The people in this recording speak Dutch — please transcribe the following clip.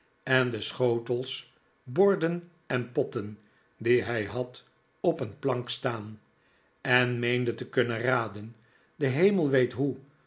en de schotels borden en potten die hij had op een plank staan en meende te kunnen raden de hemel weet hoe